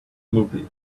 movie